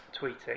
Tweeting